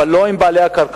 אבל לא עם בעלי הקרקעות.